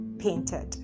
painted